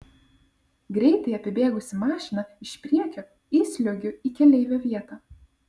greitai apibėgusi mašiną iš priekio įsliuogiu į keleivio vietą